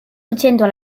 soutiennent